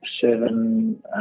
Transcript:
seven